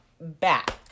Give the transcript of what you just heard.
Back